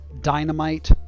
dynamite